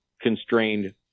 constrained